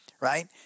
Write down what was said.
right